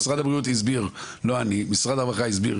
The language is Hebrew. משרד הבריאות הסביר, לא אני, משרד הרווחה הסביר,